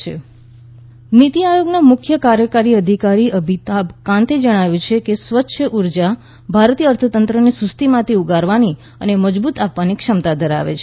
કાંત સ્વ ચ્છ ઉર્જા નીતી આયોગના મુખ્ય કાર્યકારી અધિકારી અમિતાભ કાંતે જણાવ્યું છે કે સ્વચ્છ ઉર્જામાં ભારતીય અર્થતંત્રને સુસ્તીમાંથી ઉગારવાની અને મજબુતી આપવાની ક્ષમતા છે